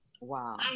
wow